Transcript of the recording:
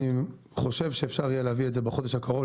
אני חושב שאפשר יהיה להביא את זה בחודש הקרוב,